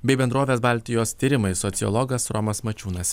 bei bendrovės baltijos tyrimai sociologas romas mačiūnas